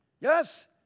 Yes